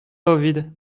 ovide